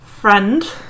friend